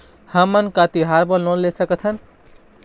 हमन का तिहार बर लोन ले सकथन?